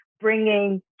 bringing